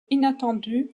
inattendu